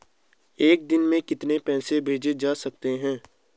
एक दिन में कितने पैसे भेजे जा सकते हैं?